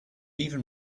even